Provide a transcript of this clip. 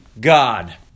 God